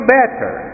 better